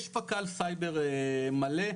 יש פק"ל סייבר מלא,